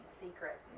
secret